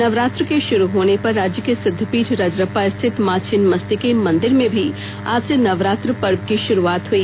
नवरात्र के शुरू होने पर राज्य के सिद्धपीठ रजरप्पा रस्थित मां छिन्नमस्तिके मंदिर में भी आज से नवरात्र पर्व की शुरुआत हुई